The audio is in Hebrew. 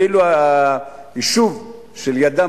ואילו במועצה האזורית שלידם,